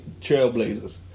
trailblazers